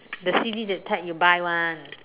the C_D that type you buy [one]